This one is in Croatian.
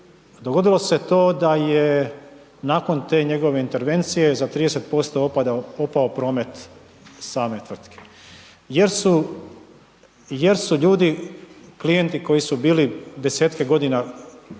Dogodilo se to da je nakon te njegove intervencije, za 30% opao promet same tvrtke jer su ljudi, klijenti koji su bili desetke godina poslovali